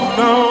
no